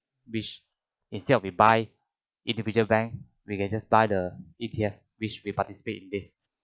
which instead of we buy individual bank we can just buy the E_T_F which we participate in this